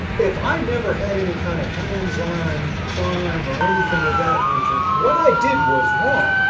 if i never had any kind of hands-on crime or anything of that nature, what i did was wrong.